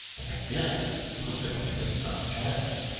and again put them into his sons' hands,